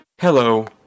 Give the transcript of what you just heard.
Hello